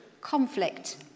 conflict